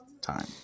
time